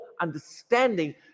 understanding